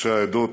ראשי העדות,